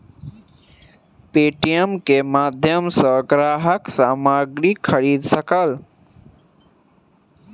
Paytm के माध्यम सॅ ग्राहक सामग्री खरीद सकल